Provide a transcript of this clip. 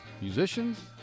musicians